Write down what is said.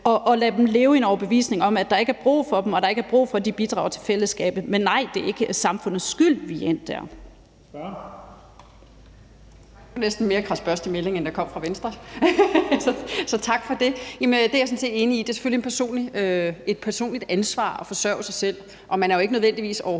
at lade dem leve med en overbevisning om, at der ikke er brug for dem, og at der ikke er brug for, at de bidrager til fællesskabet. Men nej, det er ikke samfundets skyld, vi er endt der.